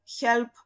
help